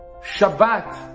Shabbat